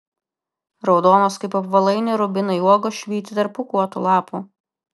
raudonos kaip apvalaini rubinai uogos švyti tarp pūkuotų lapų